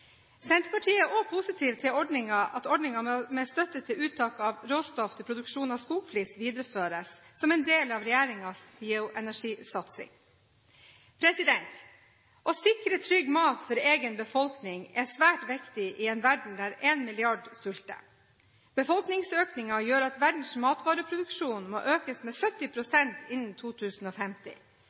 Senterpartiet er også positiv til at ordningen med støtte til uttak av råstoff til produksjon av skogsflis videreføres, som en del av regjeringens bioenergisatsing. Å sikre trygg mat for egen befolkning er svært viktig i en verden der én milliard mennesker sulter. Befolkningsøkningen gjør at verdens matvareproduksjon må økes med 70 pst. innen 2050.